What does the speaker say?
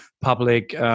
public